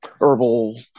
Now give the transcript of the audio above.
herbal